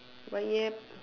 but yup